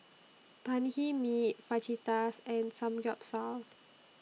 Banh MI Fajitas and Samgeyopsal